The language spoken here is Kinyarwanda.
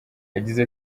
yagize